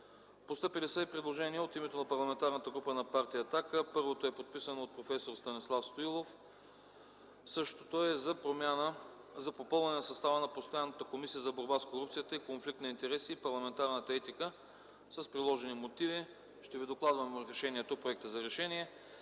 Постъпили са и предложения от името на Парламентарната група на Партия „Атака”. Първото е подписано от проф. Станислав Станилов. Същото е за попълване състава на постоянната Комисия за борба с корупцията и конфликт на интереси и парламентарна етика, с приложени мотиви. Ще ви докладвам Проекта за решение: